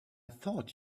thought